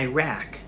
Iraq